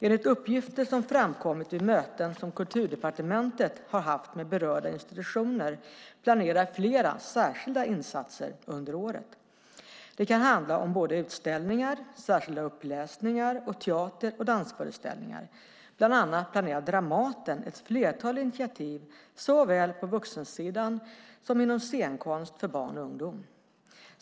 Enligt uppgifter som framkommit vid möten som Kulturdepartementet haft med berörda institutioner planerar flera särskilda insatser under året. Det kan handla om både utställningar, särskilda uppläsningar och teater och dansföreställningar. Bland annat planerar Dramaten ett flertal initiativ såväl på vuxensidan som inom scenkonst för barn och ungdom.